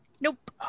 Nope